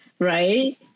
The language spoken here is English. right